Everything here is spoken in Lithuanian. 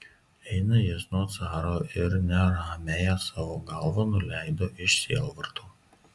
eina jis nuo caro ir neramiąją savo galvą nuleido iš sielvarto